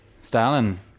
Stalin